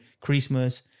Christmas